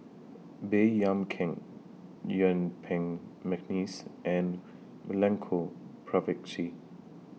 Baey Yam Keng Yuen Peng Mcneice and Milenko Prvacki